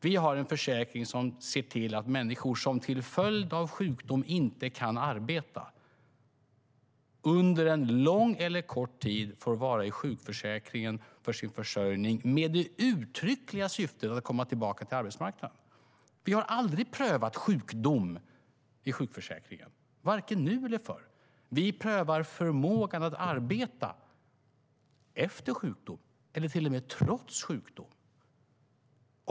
Vi har en försäkring som ser till att människor som till följd av sjukdom inte kan arbeta får vara i sjukförsäkringen för sin försörjning, under en lång eller en kort tid men med det uttryckliga syftet att komma tillbaka till arbetsmarknaden. Vi har aldrig prövat sjukdom i sjukförsäkringen, varken nu eller förr. Vi prövar förmågan att arbeta - efter sjukdom, eller till och med trots sjukdom.